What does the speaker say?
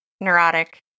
neurotic